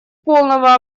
полного